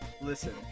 Listen